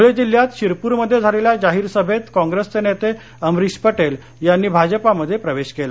ध्रळे जिल्ह्यात शिरपूरमध्ये झालेल्या जाहीर सभेत काँप्रेसचे नेते अमरिश पटेल यांनी भाजपामध्ये प्रवेश केला